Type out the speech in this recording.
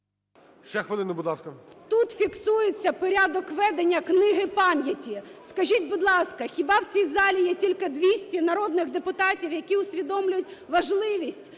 Ще хвилину, будь ласка. ГЕРАЩЕНКО І.В. Тут фіксується порядок ведення "Книги пам'яті". Скажіть, будь ласка, хіба в цій залі є тільки 200 народних депутатів, які усвідомлюють важливість